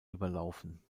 überlaufen